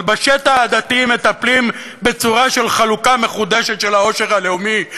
אבל בשד העדתי מטפלים בצורה של חלוקה מחודשת של העושר הלאומי,